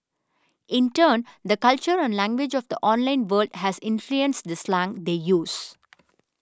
in turn the culture and language of the online world has influenced the slang they use